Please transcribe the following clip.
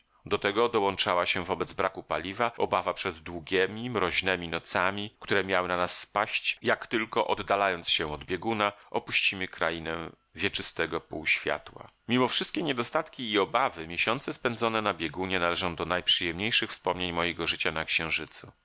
do tego dołączała się wobec braku paliwa obawa przed długiemi mroźnemi nocami które miały na nas spaść jak tylko oddalając się od bieguna opuścimy krainę wieczystego pół światła mimo wszystkie niedostatki i obawy miesiące spędzone na biegunie należą do najprzyjemniejszych wspomnień mojego życia na księżycu